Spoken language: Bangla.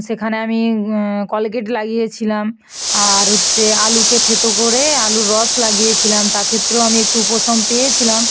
সেখানে আমি কোলগেট লাগিয়েছিলাম আর হচ্ছে আলুকে থেঁতো করে আলুর রস লাগিয়েছিলাম তা ক্ষেত্রেও আমি একটু উপশম পেয়েছিলাম